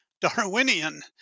Darwinian